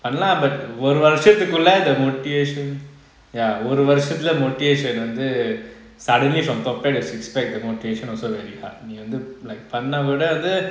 என்ன ஒரு வருசதுக்குல்லம்:enna oru varusathukullam motivation ya ஒரு வருசத்துல:oru varusathula motivation வந்து:vanthu suddenly from twelve pack to six pack the motivation also very hard நீ வந்து:nee vanthu like பண்ண கூட வந்து:panna kuda vanthu